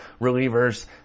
relievers